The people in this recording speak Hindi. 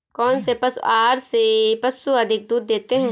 कौनसे पशु आहार से पशु अधिक दूध देते हैं?